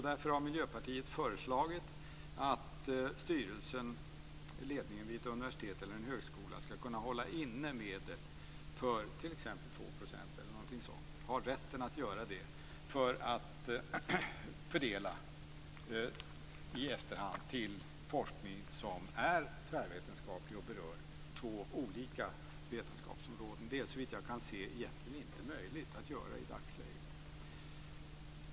Därför har Miljöpartiet föreslagit att ledningen vid ett universitet eller en högskola skall ha rätt att innehålla medel, t.ex. 2 % eller däromkring, för fördelning i efterhand till tvärvetenskaplig forskning som berör två olika vetenskapsområden. Det är såvitt jag kan se egentligen inte möjligt att göra detta i dagsläget.